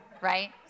Right